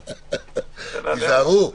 יש עתיד, תיזהרו.